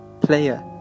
player